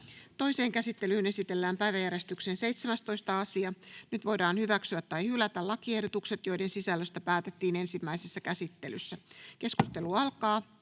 Toiseen käsittelyyn esitellään päiväjärjestyksen 10. asia. Nyt voidaan hyväksyä tai hylätä lakiehdotukset, joiden sisällöstä päätettiin ensimmäisessä käsittelyssä. — Keskustelu alkaa.